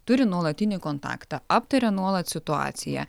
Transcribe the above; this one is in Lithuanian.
turi nuolatinį kontaktą aptaria nuolat situaciją